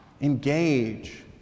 engage